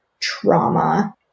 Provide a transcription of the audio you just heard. trauma